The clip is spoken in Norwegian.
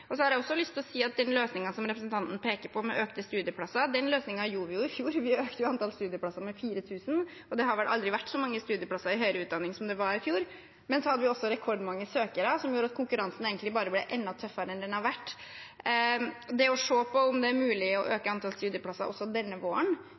Jeg har også lyst til å si at den løsningen representanten peker på, med økt antall studieplasser, hadde vi jo i fjor. Vi økte antallet studieplasser med 4 000, og det har vel aldri vært så mange studieplasser i høyere utdanning som det var i fjor. Men vi hadde også rekordmange søkere, noe som gjorde at konkurransen bare ble enda tøffere enn den har vært. Det å se på om det er mulig å øke